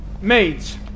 Maids